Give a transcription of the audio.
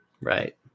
right